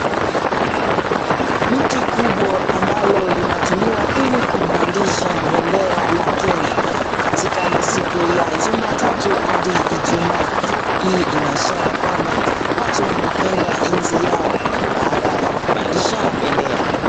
Mti kubwa ambalo linatumiwa ili kupandisha bendera la Kenya katika masiku ya Jumatatu hadi Ijumaa. Hii inaishara kwamba watu wanapenda nchi yao baada ya kupandisha bendera.